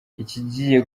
ikigiye